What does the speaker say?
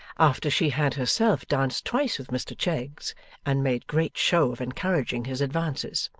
after she had herself danced twice with mr cheggs and made great show of encouraging his advances.